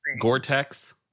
Gore-Tex